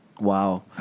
Wow